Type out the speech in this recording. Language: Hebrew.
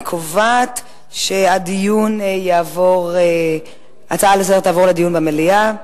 אני קובעת שההצעות לסדר-היום תעבורנה לדיון במליאה,